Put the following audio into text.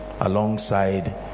alongside